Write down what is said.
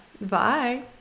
bye